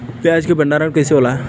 प्याज के भंडारन कइसे होला?